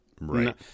Right